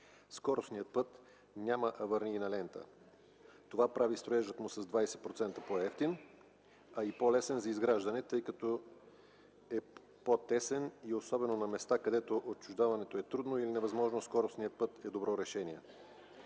„Скоростният път” няма аварийна лента. Това прави строежът му с 20% по-евтин, а и по-лесен за изграждане, тъй като е по-тесен и особено на места, където отчуждаването е трудно или невъзможно, скоростният път е добро решение.